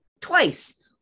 twice